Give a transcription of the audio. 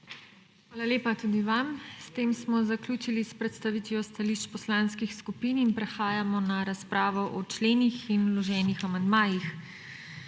Hvala lepa tudi vam. S tem smo zaključili s predstavitvijo stališč poslanskih skupin in prehajamo na razpravo o členih in vloženih amandmajih.